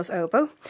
oboe